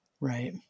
Right